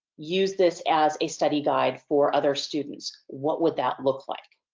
use this as a study guide for other students, what would that look like?